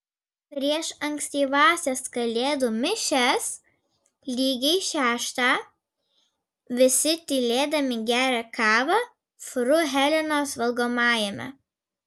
prieš ankstyvąsias kalėdų mišias lygiai šeštą visi tylėdami geria kavą fru helenos valgomajame